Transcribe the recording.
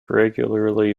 regularly